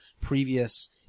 previous